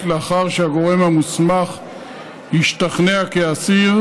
לאחר שהגורם המוסמך השתכנע כי האסיר,